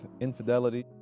infidelity